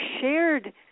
shared